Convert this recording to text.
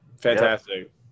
Fantastic